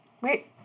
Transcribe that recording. Wait